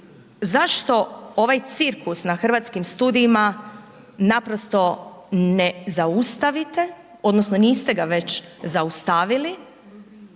zašto ovaj cirkus na Hrvatskim studijima naprosto ne zaustavite odnosno niste ga već zaustavili,